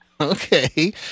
Okay